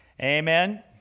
Amen